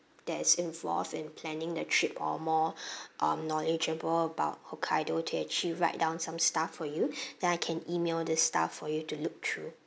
that's involved in planning the trip or more um knowledgeable about hokkaido to actually write down some stuff for you then I can email this stuff for you to look through